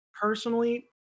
Personally